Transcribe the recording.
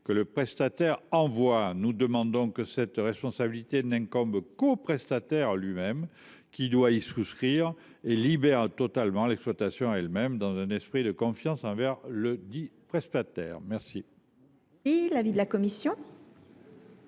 que le prestataire envoie. Nous demandons que cette responsabilité n’incombe qu’au prestataire lui même, qui doit y souscrire, et libère totalement l’exploitation, dans un esprit de confiance envers ledit prestataire. Quel est l’avis de la commission ?